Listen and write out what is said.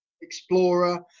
Explorer